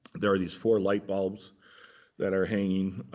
there are these four light bulbs that are hanging